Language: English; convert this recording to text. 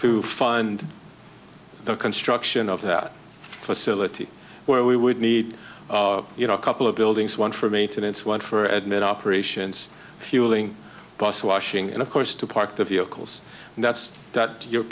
to fund the construction of that facility where we would need you know a couple of buildings one for maintenance one for admin operations fueling bus washing and of course to park the vehicles and that's that